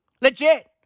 Legit